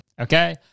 Okay